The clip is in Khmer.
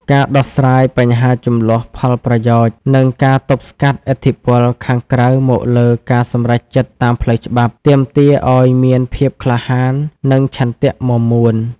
ការដោះស្រាយបញ្ហាជម្លោះផលប្រយោជន៍ និងការទប់ស្កាត់ឥទ្ធិពលខាងក្រៅមកលើការសម្រេចចិត្តតាមផ្លូវច្បាប់ ទាមទារឱ្យមានភាពក្លាហាន និងឆន្ទៈមាំមួន។